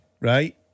right